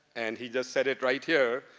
and he just said it right here,